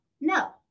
No